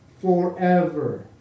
forever